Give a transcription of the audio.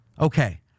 okay